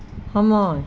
সময়